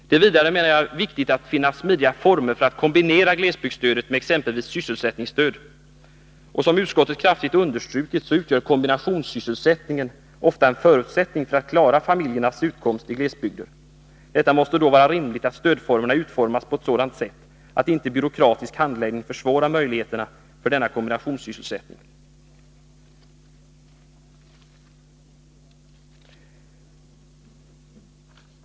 Det är vidare viktigt att finna smidiga former för att kombinera glesbygdsstödet med exempelvis sysselsättningsstöd. Som utskottet kraftigt understrukit utgör kombinationssysselsättningen ofta en förutsättning för att familjerna skall kunna klara sin utkomst i glesbygder. Det måste då vara rimligt att stödformerna utformas på ett sådant sätt att inte byråkratisk handläggning försvårar möjligheterna för denna kombinationssysselsättning.